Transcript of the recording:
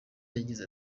yagize